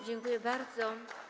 Dziękuję bardzo.